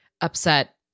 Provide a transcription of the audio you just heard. upset